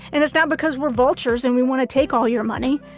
and it's not because we're vultures and we want to take all your money.